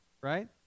right